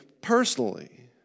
personally